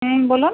হুম বলুন